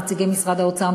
נציגי משרד האוצר,